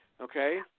okay